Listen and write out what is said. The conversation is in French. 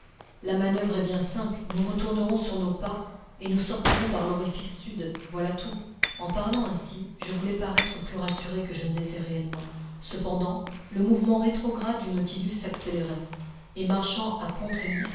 la manoeuvre est bien simple nous retournerons sur nos pas et nous sortirons par l'orifice sud voilà tout en parlant ainsi je voulais paraître plus rassuré que je ne l'étais réellement cependant le mouvement rétrograde du nautilus s'accélérait et marchant à